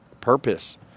purpose